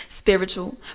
spiritual